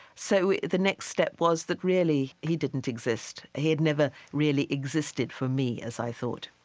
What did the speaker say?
so the next step was that really he didn't exist. he had never really existed for me, as i thought